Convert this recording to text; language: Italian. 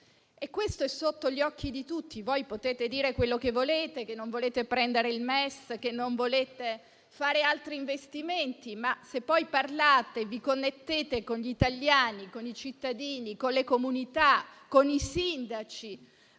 Questo è sotto gli occhi di tutti. Potete dire ciò che volete, che non accettate il MES e che non volete fare altri investimenti, ma, se parlate e vi connettete con gli italiani, con i cittadini, con le comunità e con i sindaci,